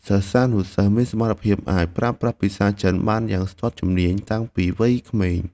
សិស្សានុសិស្សមានសមត្ថភាពអាចប្រើប្រាស់ភាសាចិនបានយ៉ាងស្ទាត់ជំនាញតាំងពីវ័យក្មេង។